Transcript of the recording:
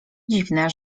dziwne